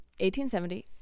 1870